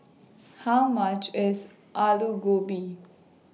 How much IS Alu Gobi